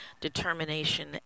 Determination